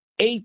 eight